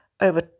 over